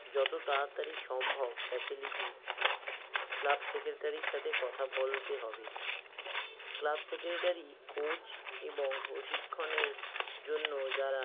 যত তাড়াতাড়ি সম্ভব ফ্যাসিলিটি ক্লাব সেক্রেটারির সাথে কথা বলতে হবে ক্লাব সেক্রেটারি কোচ এবং প্রশিক্ষণের জন্য যারা